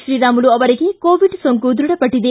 ಶ್ರೀರಾಮುಲು ಅವರಿಗೆ ಕೋವಿಡ್ ಸೋಂಕು ದೃಢಪಟ್ಟಿದೆ